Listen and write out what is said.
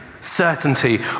Certainty